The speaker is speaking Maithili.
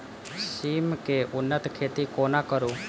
सिम केँ उन्नत खेती कोना करू?